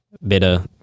better